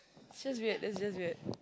just weird that's just weird